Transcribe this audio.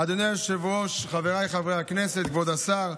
אדוני היושב-ראש, חבריי חברי הכנסת, כבוד השר,